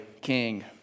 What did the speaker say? king